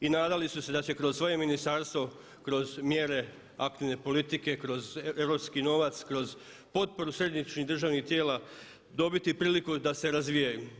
I nadali su se da će kroz svoje ministarstvo, kroz mjere aktivne politike, kroz europski novac, kroz potporu središnjih državnih tijela dobiti priliku da se razvijaju.